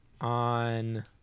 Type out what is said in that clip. on